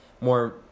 more